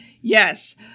Yes